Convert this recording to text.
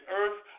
earth